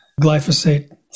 glyphosate